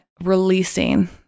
releasing